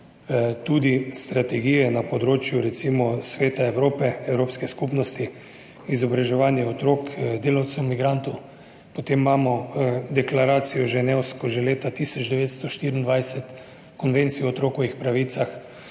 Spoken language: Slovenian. recimo strategije na področju Sveta Evrope, Evropske skupnosti, izobraževanje otrok delavcev migrantov, potem imamo Ženevsko deklaracijo že leta 1924, Konvencijo o otrokovih pravicah,